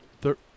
third